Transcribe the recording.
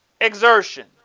exertion